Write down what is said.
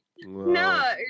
no